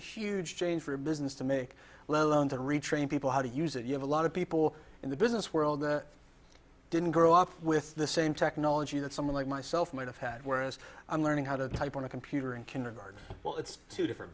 a huge change for a business to make well and to retrain people how to use it you have a lot of people in the business world that didn't grow up with the same technology that someone like myself might have had whereas i'm learning how to type on a computer in kindergarten well it's two different